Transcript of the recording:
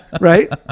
Right